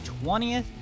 20th